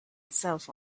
itself